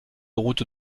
route